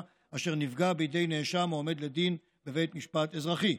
אשר נפגע בידי נאשם העומד לדין בבית משפט אזרחי.